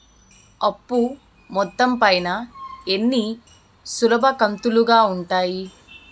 అప్పు మొత్తం పైన ఎన్ని సులభ కంతులుగా ఉంటాయి?